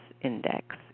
index